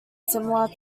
similar